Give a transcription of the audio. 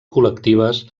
col·lectives